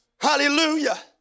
hallelujah